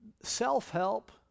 self-help